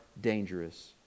dangerous